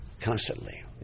constantly